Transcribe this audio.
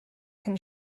can